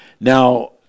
Now